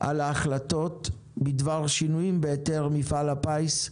על ההחלטות בדבר שינויים בהיתר מפעל הפיס,